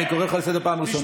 אני קורא אותך לסדר פעם ראשונה.